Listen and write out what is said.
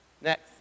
Next